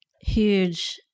huge